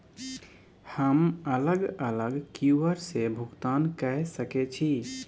हम अलग अलग क्यू.आर से भुगतान कय सके छि?